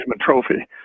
Trophy